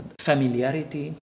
familiarity